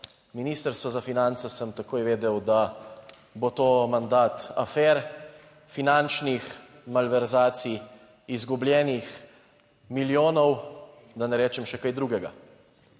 Ministrstva za finance, sem takoj vedel, da bo to mandat afer, finančnih malverzacij, izgubljenih milijonov, da ne rečem še kaj drugega.